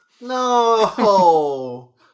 No